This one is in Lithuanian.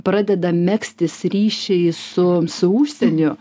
pradeda megztis ryšiai su su užsieniu